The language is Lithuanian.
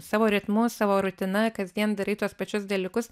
savo ritmu savo rutina kasdien darai tuos pačius dalykus